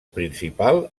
principal